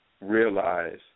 realize